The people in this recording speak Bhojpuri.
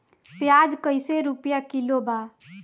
प्याज कइसे रुपया किलो बा?